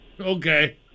Okay